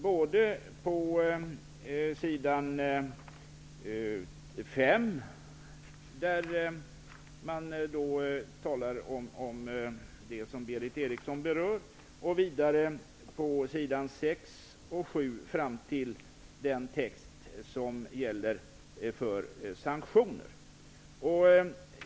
På s. 5 och fram till den text som gäller sanktioner talas det om det som Berith Eriksson berör.